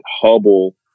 Hubble